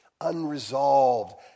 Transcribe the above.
unresolved